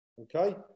okay